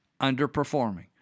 underperforming